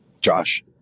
Josh